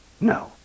No